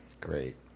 Great